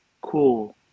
cool